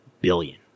billion